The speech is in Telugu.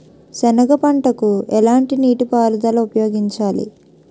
సెనగ పంటకు ఎలాంటి నీటిపారుదల ఉపయోగించాలి?